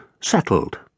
settled